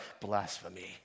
blasphemy